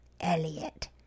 Elliot